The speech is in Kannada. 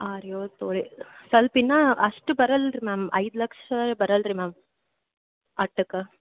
ಹಾಂ ರೀ ಏಳು ತೊಲೆ ಸ್ವಲ್ಪ ಇನ್ನೂ ಅಷ್ಟು ಬರಲ್ಲ ರೀ ಮ್ಯಾಮ್ ಐದು ಲಕ್ಷ ಬರಲ್ಲ ರೀ ಮ್ಯಾಮ್ ಅಷ್ಟಕ್ಕ